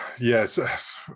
Yes